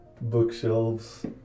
bookshelves